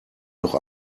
noch